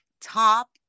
top